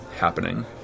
happening